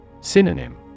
Synonym